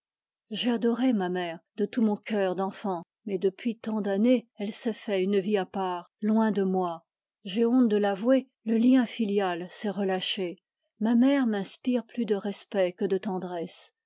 adoré ma mère de tout mon cœur d'enfant mais depuis tant d'années elle s'est fait une vie à part si loin de moi qu'elle m'inspire plus de respect que de tendresse